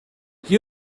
you